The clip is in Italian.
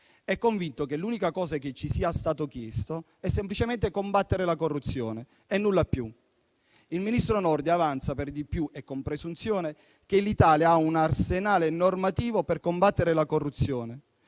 È convinto che l'unica cosa che ci sia stato chiesto sia semplicemente combattere la corruzione e nulla più. Il ministro Nordio avanza per di più, e con presunzione, che l'Italia ha un arsenale normativo per combattere la corruzione,